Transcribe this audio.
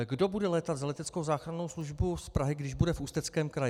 Kdo bude létat za leteckou záchrannou službu z Prahy, když bude v Ústeckém kraji?